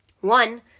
One